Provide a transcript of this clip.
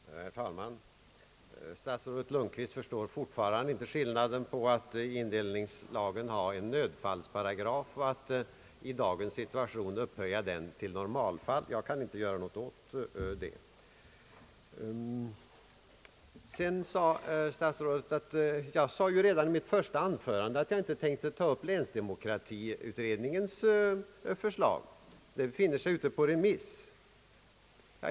Herr talman! Herr statsrådet Lundkvist förstår fortfarande inte skillnaden mellan det förhållandet att en paragraf i kommunindelningslagen har nödfallskaraktär och att denna paragraf i dagens situation upphöjes till att gälla för normalfall — jag kan inte göra något åt att herr statsrådet inte förstår detta. Statsrådet sade i sitt första anförande att han inte tänkte ta upp länsdemokratiutredningens förslag, eftersom det befinner sig ute på remiss.